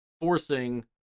forcing